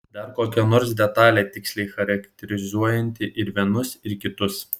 dar kokia nors detalė tiksliai charakterizuojanti ir vienus ir kitus